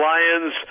Lions